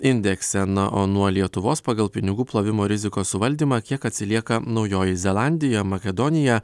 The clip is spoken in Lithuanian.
indekse na o nuo lietuvos pagal pinigų plovimo rizikos suvaldymą kiek atsilieka naujoji zelandija makedonija